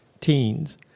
teens